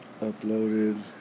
uploaded